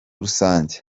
rusange